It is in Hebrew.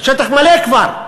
השטח מלא כבר.